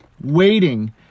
waiting